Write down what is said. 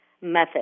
method